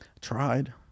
Tried